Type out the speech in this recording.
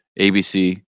ABC